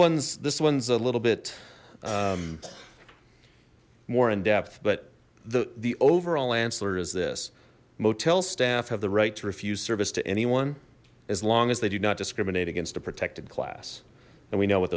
one's this one's a little bit more in depth but the the overall answer is this motel staff have the right to refuse service to anyone as long as they do not discriminate against a protected class and we know what